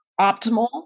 Optimal